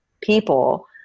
people